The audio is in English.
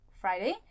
Friday